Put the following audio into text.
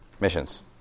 Missions